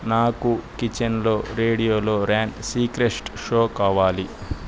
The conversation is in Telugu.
నాకు కిచెన్లో రేడియోలో ర్యాన్ సీక్రెస్ట్ షో కావాలి